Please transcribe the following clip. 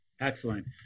Excellent